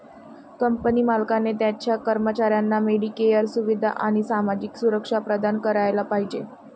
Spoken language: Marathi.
कंपनी मालकाने त्याच्या कर्मचाऱ्यांना मेडिकेअर सुविधा आणि सामाजिक सुरक्षा प्रदान करायला पाहिजे